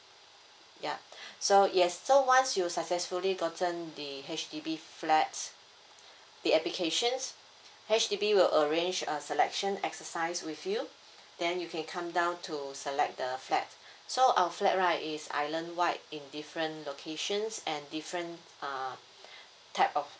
ya so yes so once you successfully gotten the H_D_B flat the applications H_D_B will arrange a selection exercise with you then you can come down to select the flat so our flat right is islandwide in different locations and different um type of